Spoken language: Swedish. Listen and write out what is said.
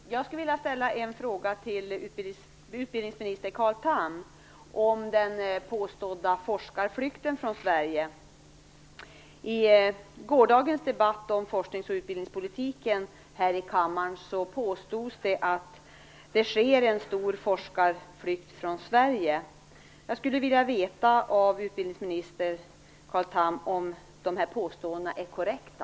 Fru talman! Jag skulle vilja ställa en fråga till utbildningsminister Carl Tham om den påstådda flykten av forskare från Sverige. I gårdagens debatt här i kammaren om forsknings och utbildningspolitiken, påstods det att det sker en stor forskarflykt från Sverige. Jag skulle vilja veta av utbildningsminister Carl Tham om dessa påstående är korrekta.